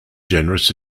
generous